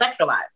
sexualized